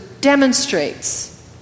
demonstrates